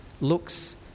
looks